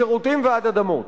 משירותים ועד אדמות.